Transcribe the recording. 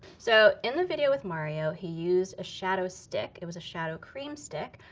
so, in the video with mario, he used a shadow stick. it was a shadow cream stick.